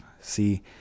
See